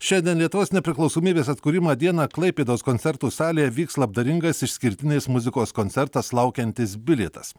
šiandien lietuvos nepriklausomybės atkūrimo dieną klaipėdos koncertų salėje vyks labdaringas išskirtinais muzikos koncertas laukiantis bilietas